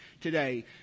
today